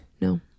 No